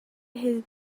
his